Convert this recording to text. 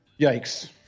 Yikes